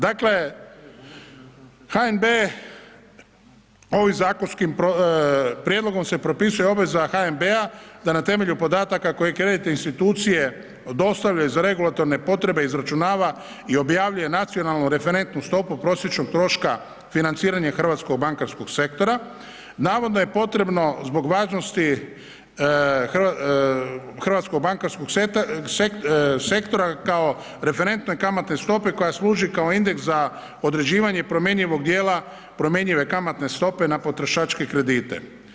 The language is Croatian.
Dakle, HNB ovim zakonskim prijedlogom se propisuje obveza HNB-a da na temelju podataka koje kreditne institucije dostave za regulatorne potrebe, izračunava i objavljuje nacionalnu referentnu stopu prosječnog troška financiranja hrvatskog bankarskog sektora, navodno je potrebno zbog važnosti hrvatskog bankarskog sektora kao referentnoj kamatnoj stopi koja služi kao indeks za određivanje promjenjivog djela promjenjive kamatne stope na potrošačke kredite.